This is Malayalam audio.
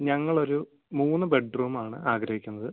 ഞങ്ങളൊരു മൂന്ന് ബെഡ്റൂമാണ് ആഗ്രഹിക്കുന്നത്